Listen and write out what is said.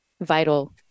vital